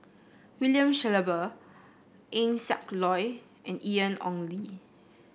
William Shellabear Eng Siak Loy and Ian Ong Li